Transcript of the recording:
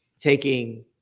taking